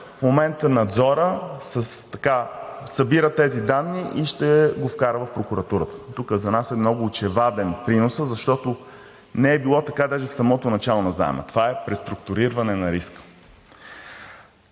в момента Надзорът събира тези данни и ще го вкара в прокуратурата. Тук за нас е много очеваден приносът, защото не е било така даже в самото начало на заема. Това е преструктуриране на риска.